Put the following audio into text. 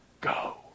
go